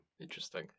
Interesting